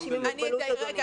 חודשים מראש.